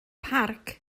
parc